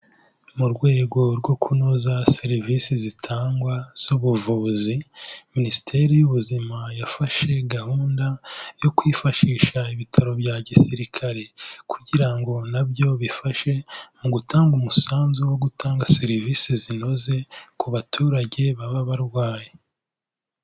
Mu rwego rwo kunoza serivisi zitangwa z'ubuvuzi, minisiteri y'ubuzima yafashe gahunda yo kwifashisha ibitaro bya gisirikare kugira ngo na byo bifashe mu gutanga umusanzu wo gutanga serivisi zinoze ku baturage baba barwaye.